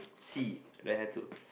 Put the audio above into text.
see then have to